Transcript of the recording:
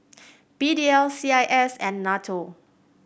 P D L C I S and NATO